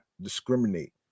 discriminate